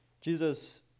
Jesus